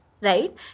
right